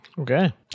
Okay